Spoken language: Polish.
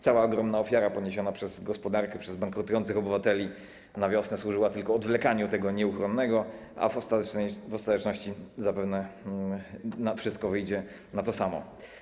Cała ogromna ofiara poniesiona przez gospodarkę, przez bankrutujących obywateli na wiosnę służyła tylko odwlekaniu tego nieuchronnego, a w ostateczności zapewne wyjdzie na to samo.